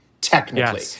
technically